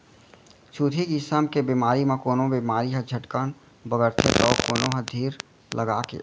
छुतही किसम के बेमारी म कोनो बेमारी ह झटकन बगरथे तौ कोनो ह धीर लगाके